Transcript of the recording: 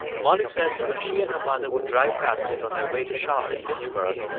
molly says that when she and her mother would drive past it on their way to shop at lynchburg,